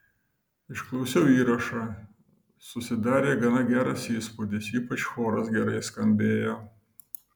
išklausiau įrašą susidarė gana geras įspūdis ypač choras gerai skambėjo